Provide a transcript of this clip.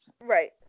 right